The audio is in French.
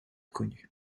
connu